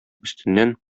өстеннән